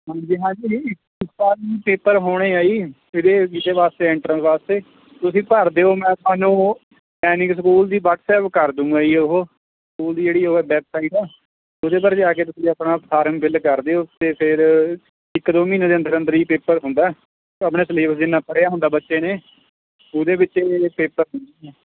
ਹਾਂਜੀ ਹਾਂਜੀ ਇਸ ਵਾਰ ਵੀ ਪੇਪਰ ਹੋਣੇ ਆ ਜੀ ਇਹਦੇ ਇਹਦੇ ਵਾਸਤੇ ਐਂਟਰਨ ਵਾਸਤੇ ਤੁਸੀਂ ਭਰ ਦਿਓ ਮੈਂ ਤੁਹਾਨੂੰ ਸੈਨਿਕ ਸਕੂਲ ਦੀ ਵਟਸਐਪ ਕਰ ਦਊਂਗਾ ਜੀ ਉਹ ਸਕੂਲ ਦੀ ਜਿਹੜੀ ਉਹ ਆ ਵੈਬਸਾਈਡ ਆ ਉਹਦੇ ਉੱਪਰ ਜਾ ਕੇ ਤੁਸੀਂ ਆਪਣਾ ਫਾਰਮ ਫਿਲ ਕਰ ਦਿਓ ਅਤੇ ਫਿਰ ਇੱਕ ਦੋ ਮਹੀਨੇ ਦੇ ਅੰਦਰ ਅੰਦਰ ਹੀ ਪੇਪਰ ਹੁੰਦਾ ਆਪਣੇ ਸਿਲੇਬਸ ਜਿੰਨਾ ਪੜ੍ਹਿਆ ਹੁੰਦਾ ਬੱਚੇ ਨੇ ਉਹਦੇ ਵਿੱਚੋਂ ਪੇਪਰ ਹੋਣਾ ਹੈ